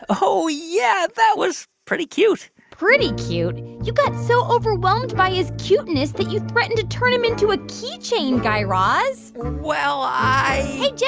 oh, yeah. that was pretty cute pretty cute? you got so overwhelmed by his cuteness that you threatened to turn him into a keychain, guy raz well, i. hey, jed.